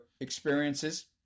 experiences